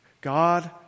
God